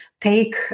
take